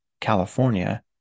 California